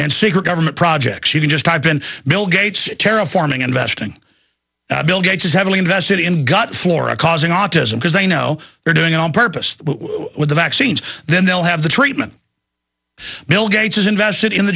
and secret government projects you can just type in bill gates terra forming investing bill gates is heavily invested in gut flora causing autism because they know they're doing it on purpose with the vaccines then they'll have the treatment bill gates has invested in the